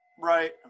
Right